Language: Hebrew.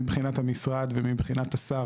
מבחינת המשרד ומבחינת השר,